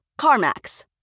CarMax